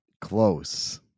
close